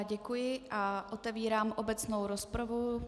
Děkuji a otevírám obecnou rozpravu.